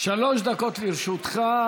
שלוש דקות לרשותך.